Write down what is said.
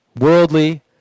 worldly